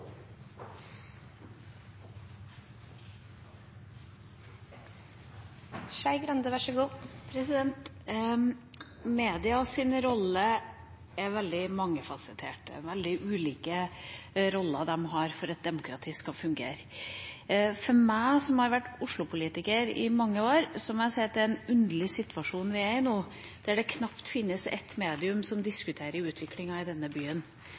er veldig ulike roller de har for at demokratiet skal fungere. Jeg – som har vært Oslo-politiker i mange år – må si at det er en underlig situasjon vi er i nå, der det knapt finnes ett medium som diskuterer utviklingen i denne byen. Det finnes knapt ett eneste medium der vi kan få fram saker som er viktige for utviklingen av byen,